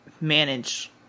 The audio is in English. manage